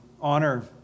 honor